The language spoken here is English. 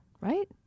right